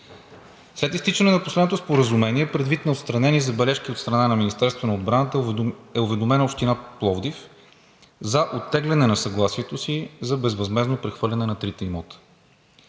След изтичане на последното споразумение, предвид на отстранени забележки от страна на Министерството на отбраната е уведомена Община Пловдив за оттегляне на съгласието си за безвъзмездно прехвърляне на трите имота.